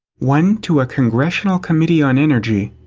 one to a congressional committee on energy.